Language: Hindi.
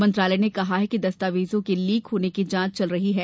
मंत्रालय ने कहा कि दस्तावेजों के लीक होने की जांच चल रही है